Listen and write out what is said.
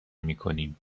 میکنیم